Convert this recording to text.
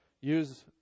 use